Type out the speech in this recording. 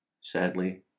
sadly